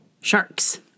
Sharks